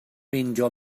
meindio